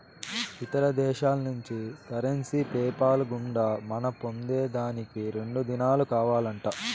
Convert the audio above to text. ఇతర దేశాల్నుంచి currency PayPal గుండా మనం పొందేదానికి రెండు దినాలు కావాలంట